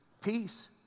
peace